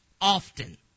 often